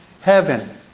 heaven